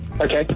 Okay